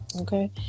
okay